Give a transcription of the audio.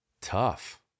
Tough